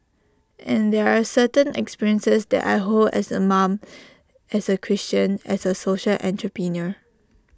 and there are certain experiences that I hold as A mom as A Christian as A social entrepreneur